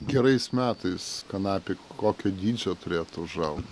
gerais metais kanapė kokio dydžio turėtų užaugt